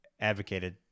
advocated